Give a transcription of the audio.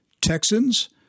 Texans